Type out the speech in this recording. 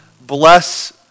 Bless